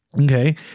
okay